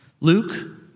Luke